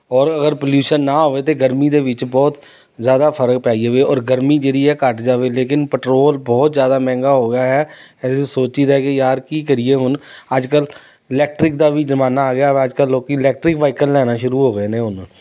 ਔਰ ਅਗਰ ਪੋਲਿਊਸ਼ਨ ਨਾ ਹੋਵੇ ਅਤੇ ਗਰਮੀ ਦੇ ਵਿੱਚ ਬਹੁਤ ਜ਼ਿਆਦਾ ਫਰਕ ਪੈ ਜਾਵੇ ਔਰ ਗਰਮੀ ਜਿਹੜੀ ਹੈ ਘੱਟ ਜਾਵੇ ਲੇਕਿਨ ਪਟਰੋਲ ਬਹੁਤ ਜ਼ਿਆਦਾ ਮਹਿੰਗਾ ਹੋ ਗਿਆ ਹੈ ਅਸੀਂ ਸੋਚੀਦਾ ਕਿ ਯਾਰ ਕੀ ਕਰੀਏ ਹੁਣ ਅੱਜ ਕੱਲ੍ਹ ਇਲੈਕਟ੍ਰਿਕ ਦਾ ਵੀ ਜ਼ਮਾਨਾ ਆ ਗਿਆ ਵਾ ਅੱਜ ਕੱਲ੍ਹ ਲੋਕ ਇਲੈਕਟ੍ਰਿਕ ਵਾਈਕਲ ਲੈਣਾ ਸ਼ੁਰੂ ਹੋ ਗਏ ਨੇ ਹੁਣ